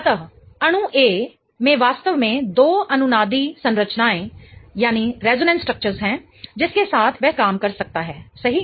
अतः अणु A में वास्तव में दो अनुनादी संरचनाएं हैं जिसके साथ वह काम कर सकता है सही